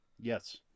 yes